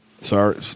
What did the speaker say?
Sorry